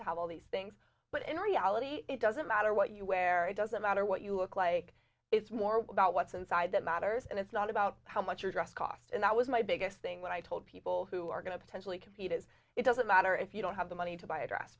to have all these things but in reality it doesn't matter what you wear it doesn't matter what you look like it's more about what's inside that matters and it's not about how much your dress cost and that was my biggest thing what i told people who are going to potentially compete is it doesn't matter if you don't have the money to buy a dress